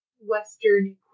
Western